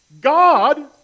God